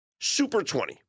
SUPER20